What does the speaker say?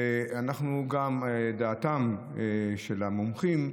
דעתם של המומחים,